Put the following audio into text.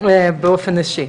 באופן אישי.